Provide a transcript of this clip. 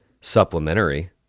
supplementary